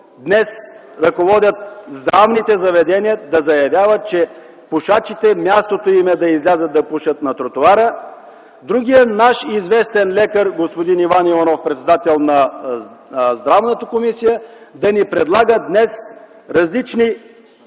днес ръководят здравните заведения, да заявяват, че мястото на пушачите е да излязат да пушат на тротоара. Друг наш известен лекар – господин Иванов – председател на Здравната комисия, ни предлага различни